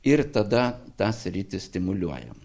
ir tada tą sritį stimuliuojam